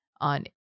on